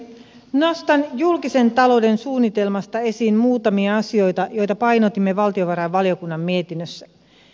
nostan julkisen talouden suunnitelmasta esiin muutamia asioita joita painotimme valtiovarainvaliokunnan mietinnössä